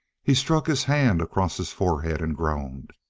he struck his hand across his forehead and groaned.